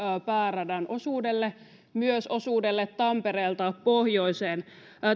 pääradan osuudelle myös osuudelle tampereelta pohjoiseen